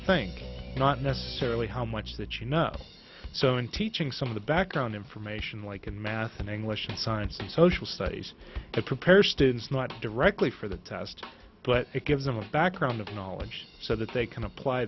think not necessarily how much that you know so in teaching some of the background information like in math and english science social studies to prepare students not directly for the test but it gives them a background of knowledge so that they can apply